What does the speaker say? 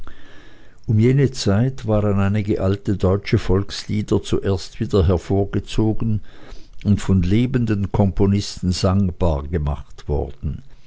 um jene zeit waren einige alte deutsche volkslieder zuerst wieder hervorgezogen und von lebenden komponisten sangbar gemacht worden